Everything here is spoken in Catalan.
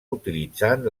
utilitzant